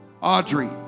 Audrey